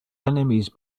enemies